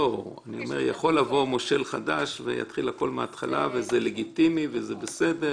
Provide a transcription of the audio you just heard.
יכול להיות מושל חדש שיתחיל הכול מהתחלה וזה לגיטימי ובסדר